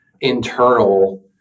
internal